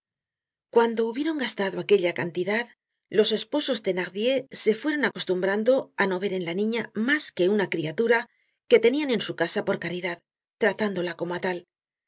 cuando hubieron gastado aquella cantidad los esposos thenardier se fueron acostumbrando á no ver en la niña mas que una criatura que tenian en su casa por caridad tratándola como á tal